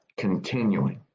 Continuing